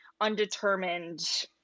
undetermined